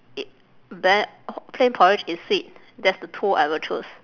it bad plain porridge is sweet that's the two I will choose